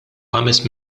ħames